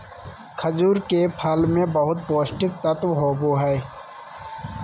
खजूर के फल मे बहुत पोष्टिक तत्व होबो हइ